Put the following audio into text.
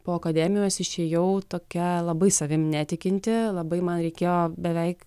po akademijos išėjau tokia labai savim netikinti labai man reikėjo beveik